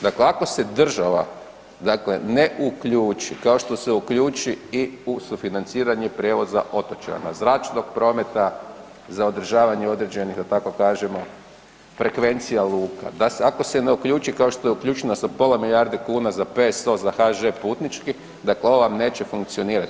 Dakle, ako se država dakle ne uključi kao što se uključi i u sufinanciranje prijevoza otočana, zračnog prometa za održavanje određenih da tako kažemo, frekvencija luka, ako se ne uključi kao što je uključena sa pola milijarde kn za PSO, za Hž putnički, dakle ovo vam neće funkcionirati.